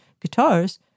guitars